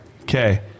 Okay